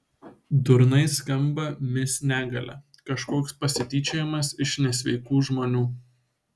durnai skamba mis negalia kažkoks pasityčiojimas iš nesveikų žmonių